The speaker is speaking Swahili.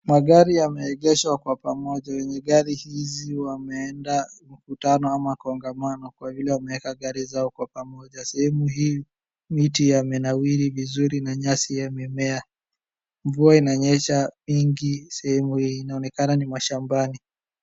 Magari yameegeshwa kwa pamoja, wenye gari hizi wameenda mkutano ama kongamano kwa vile wameeka gari zao kwa pamoja. Sehemu hii, miti yamenawiri vizuri na nyasi yamemea. Mvua inanyesha mingi sehemu hii inaonekana ni mashambani.